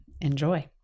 enjoy